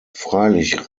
freilich